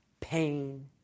pain